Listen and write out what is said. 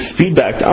feedback